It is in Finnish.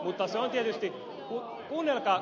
mutta se on tietysti